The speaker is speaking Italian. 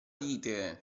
dite